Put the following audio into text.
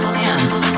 dance